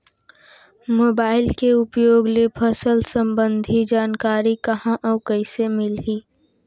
Mobile के उपयोग ले फसल सम्बन्धी जानकारी कहाँ अऊ कइसे मिलही?